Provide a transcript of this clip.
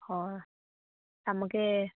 ꯍꯣꯏ ꯊꯝꯃꯒꯦ